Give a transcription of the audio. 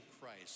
Christ